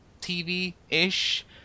TV-ish